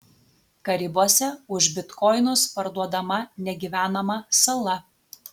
karibuose už bitkoinus parduodama negyvenama sala